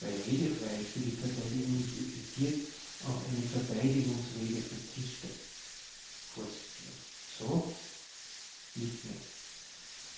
redefreiheit für die verteidigung nicht existiert auf eine verteidigungsrede verzichte vors so liebknecht